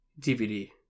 DVD